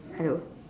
hello